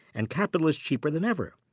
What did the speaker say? and capital is cheaper than ever.